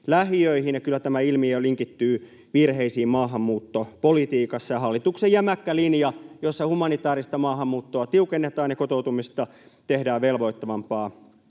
ja kyllä tämä ilmiö linkittyy virheisiin maahanmuuttopolitiikassa. Hallituksen jämäkkä linja, jossa humanitaarista maahanmuuttoa tiukennetaan ja kotoutumisesta tehdään velvoittavampaa,